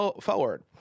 forward